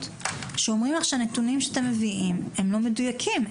שאומרים לך שהנתונים שאתם מביאים לא מדויקים,